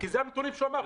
אלה הנתונים שהוא אמר.